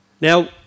now